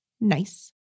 nice